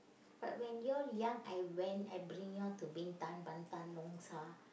but when you all young I went I bring you all to Bintan Batam Nongsa